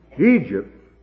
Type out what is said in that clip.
Egypt